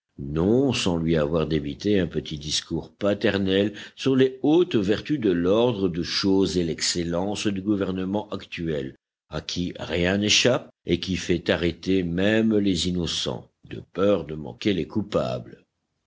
non sans lui avoir débité un petit discours paternel sur les hautes vertus de l'ordre de choses et l'excellence du gouvernement actuel à qui rien n'échappe et qui fait arrêter même les innocents de peur de manquer les coupables